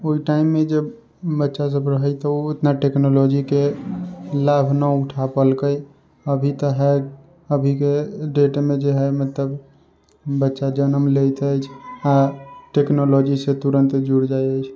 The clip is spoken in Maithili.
ओहि टाइममे जे बच्चा सब रहै तऽ ओ उतना टेक्नोलॉजी के लाभ नऽ उठा पौलकै अभी तऽ हय अभी के डेटमे जे हय मतलब बच्चा जनम लैत अछि आ टेक्नोलॉजी से तुरन्त जुड़ जाय इ अछि